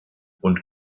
und